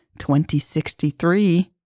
2063